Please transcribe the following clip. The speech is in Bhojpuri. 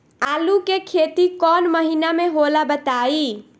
आलू के खेती कौन महीना में होला बताई?